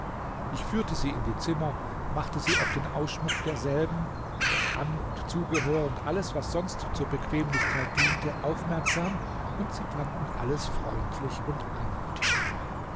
ich führte sie in die zimmer machte sie auf den ausschmuck derselben auf das an und zugehör und alles was sonst zur bequemlichkeit diente aufmerksam und sie fanden alles freundlich und anmutig